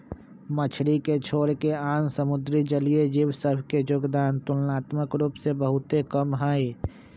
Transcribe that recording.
मछरी के छोरके आन समुद्री जलीय जीव सभ के जोगदान तुलनात्मक रूप से बहुते कम हइ